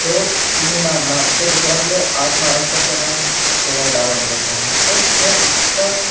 तो चिनी मारनार तो दुसरा प्लेअर आत मारेस्तोवर त्यांना त्याच्यावर डाव रंगत राहणार तो खेळ इतका